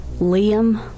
Liam